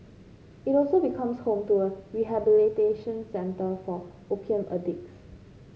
it also becomes home to a rehabilitation centre for opium addicts